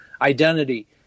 identity